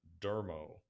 dermo